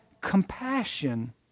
compassion